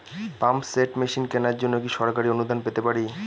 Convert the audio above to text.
Pump set machine কেনার জন্য কি সরকারি অনুদান পেতে পারি?